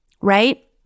right